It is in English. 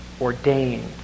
ordained